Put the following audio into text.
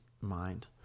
mind